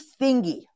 thingy